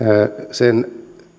sen